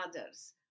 others